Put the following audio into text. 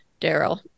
daryl